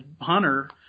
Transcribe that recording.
hunter